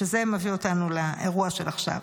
שזה מביא אותנו לאירוע של עכשיו,